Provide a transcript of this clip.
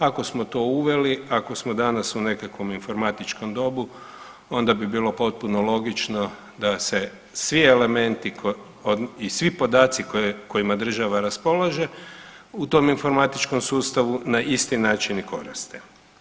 Ako smo to uveli, ako smo danas u nekakvom informatičkom dobu onda bi bilo potpuno logično da se svi elementi i svi podaci kojima država raspolaže u tom informatičkom sustavu na isti način i koriste.